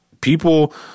people